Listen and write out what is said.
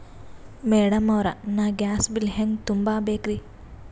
Madam ಅವ್ರ, ನಾ gas bill ಹೆಂಗ ತುಂಬಾ ಬೇಕ್ರಿ?